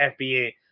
FBA